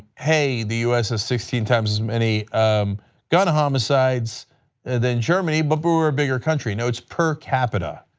hey, the u s. has sixteen times as many gun homicides than germany but we we are a bigger country no, it's per capita.